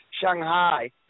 Shanghai